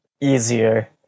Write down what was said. easier